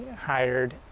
hired